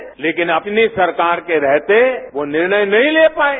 तेकिन अपनी सरकार के रहते वो निर्णय नहीं ले पाये